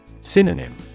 Synonym